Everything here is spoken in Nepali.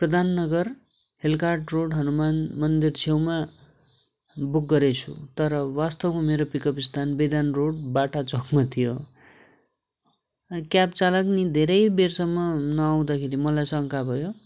प्रधान Nagar hill cart road Hanuman मन्दिर छेउमा बुक गरेछु तर वास्तवमा मेरो पिक अप स्थान विदान रोड बाटा चौकमा थियो अनि क्याब चालाक नि धेरै बेरसम्म नआउँदाखेरि मलाई शंका भयो